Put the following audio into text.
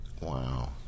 Wow